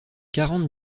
quarante